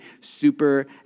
super